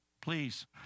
Please